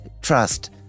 trust